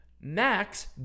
Max